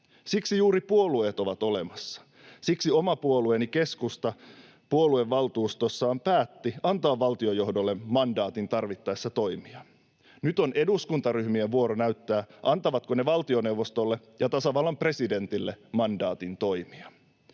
Siksi juuri puolueet ovat olemassa. Siksi oma puolueeni keskusta puoluevaltuustossaan päätti antaa valtionjohdolle mandaatin tarvittaessa toimia. Nyt on eduskuntaryhmien vuoro näyttää, antavatko ne valtioneuvostolle ja tasavallan presidentille mandaatin toimia,